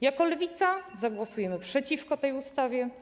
Jako Lewica zagłosujemy przeciwko tej ustawie.